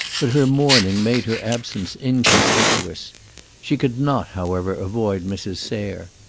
but her mourning made her absence inconspicuous. she could not, however, avoid mrs. sayre.